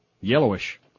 Yellowish